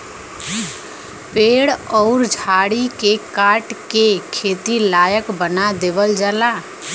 पेड़ अउर झाड़ी के काट के खेती लायक बना देवल जाला